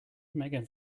megan